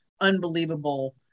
unbelievable